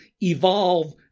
evolve